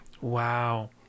Wow